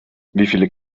wieviele